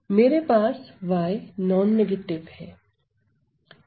मेरे पास y non negative है